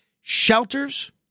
Shelters